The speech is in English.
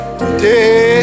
today